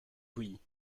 bouillie